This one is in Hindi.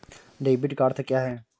डेबिट का अर्थ क्या है?